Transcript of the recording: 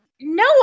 No